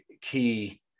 key